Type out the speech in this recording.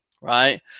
right